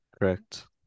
Correct